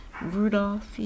Rudolph